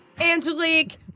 Angelique